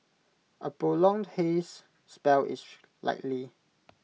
A prolonged haze spell is likely